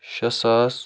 شےٚ ساس